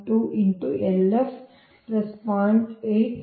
2 LF 0